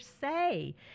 say